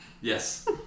Yes